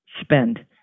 spend